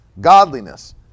godliness